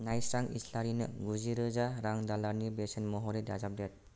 नाइस्रां इस्लारिनो गुजि रोजा रां दालालनि बेसेन महरै दाजाबदेर